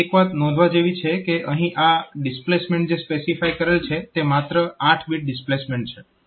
અહીં એક વાત નોંધવા જેવી છે કે અહીં આ ડિસ્પ્લેસમેન્ટ જે સ્પેસિફાય કરેલ છે તે માત્ર 8 બીટ ડિસ્પ્લેસમેન્ટ છે